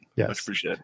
Yes